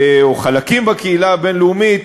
או חלקים בקהילה הבין-לאומית,